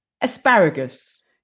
asparagus